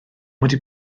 wedi